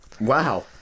Wow